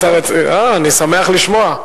אני שמח לשמוע.